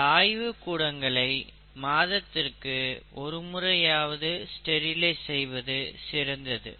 இந்த ஆய்வுக் கூடங்களை மாதத்திற்கு ஒரு முறையாவது ஸ்டெரிலைஸ் செய்வது சிறந்தது